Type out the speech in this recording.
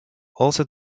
also